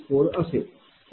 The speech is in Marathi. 264 असेल